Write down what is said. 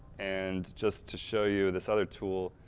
and, just to show you this other tool.